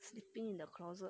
sleeping in the closet